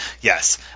yes